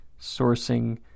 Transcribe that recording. sourcing